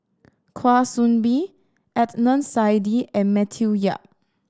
Kwa Soon Bee Adnan Saidi and Matthew Yap